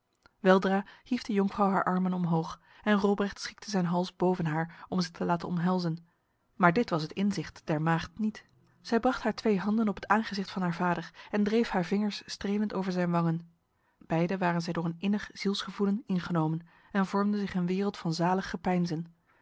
hief de jonkvrouw haar armen omhoog en robrecht schikte zijn hals boven haar om zich te laten omhelzen maar dit was het inzicht der maagd niet zij bracht haar twee handen op het aangezicht van haar vader en dreef haar vingers strelend over zijn wangen beide waren zij door een innig zielsgevoelen ingenomen en vormden zich een wereld van